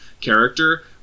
character